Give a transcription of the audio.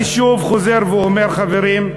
אני שוב חוזר ואומר, חברים,